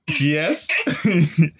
Yes